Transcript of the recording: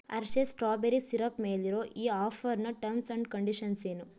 Hershey's strawberry syrup ಮೇಲಿರೋ ಈ ಆಫರ್ನ ಟರ್ಮ್ಸ್ ಆ್ಯಂಡ್ ಕಂಡೀಷನ್ಸ್ ಏನು